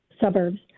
suburbs